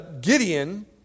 Gideon